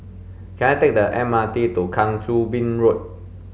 can I take the M R T to Kang Choo Bin Road